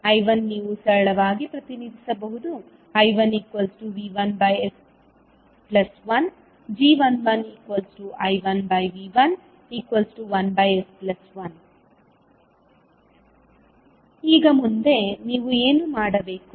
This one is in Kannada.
I1 ನೀವು ಸರಳವಾಗಿ ಪ್ರತಿನಿಧಿಸಬಹುದು I1V1s1 g11I1V11s1 ಈಗ ಮುಂದೆ ನೀವು ಏನು ಮಾಡಬೇಕು